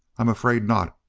i'm afraid not.